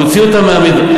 נוציא אותם מבית-המדרש,